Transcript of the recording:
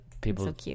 People